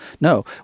No